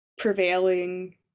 prevailing